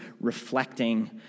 reflecting